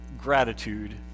gratitude